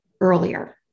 earlier